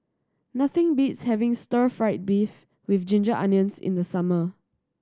nothing beats having Stir Fry beef with ginger onions in the summer